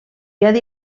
havia